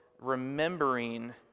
remembering